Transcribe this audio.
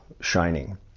shining